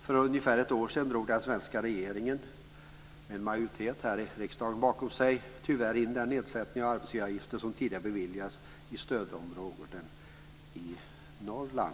För ungefär ett år sedan drog den svenska regeringen - med stöd från en majoritet här i riksdagen - tyvärr in den nedsättning av arbetsgivaravgifter som tidigare hade beviljats i stödområdena i Norrland.